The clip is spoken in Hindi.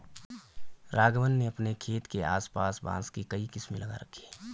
राघवन ने अपने खेत के आस पास बांस की कई किस्में लगा रखी हैं